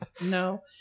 No